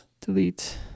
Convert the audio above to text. Delete